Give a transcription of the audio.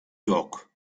yok